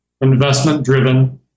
investment-driven